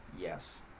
Yes